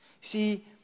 See